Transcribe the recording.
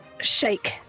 shake